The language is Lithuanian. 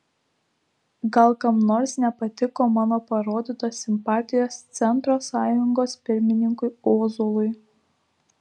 gal kam nors nepatiko mano parodytos simpatijos centro sąjungos pirmininkui ozolui